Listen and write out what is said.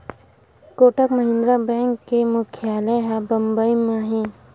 Kotak Mahindra bank के मुख्यालय ह बंबई म हे